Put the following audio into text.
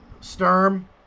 Sturm